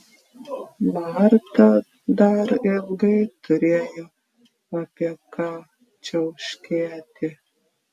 marta dar ilgai turėjo apie ką čiauškėti